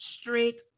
straight